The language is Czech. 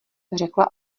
řekla